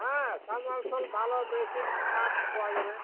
হ্যাঁ সব মাল সোল ভালো মেশিন পার্টস পাওয়া যাবে